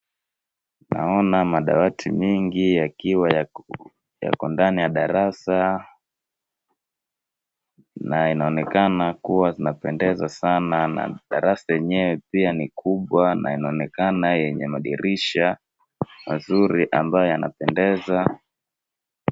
Naona madawati mengi yakiwa yako ndani ya darasa na inaonekana kuwa zinapendeza sana na darasa yenyewe pia ni kubwa na inaonekana yenye madirisha mazuri ambayo yanapendeza.